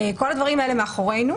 כל הדברים האלה מאחורינו.